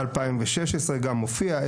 2016 גם מופיע,